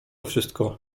wszystko